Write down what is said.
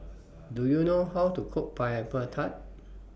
Do YOU know How to Cook Pineapple Tart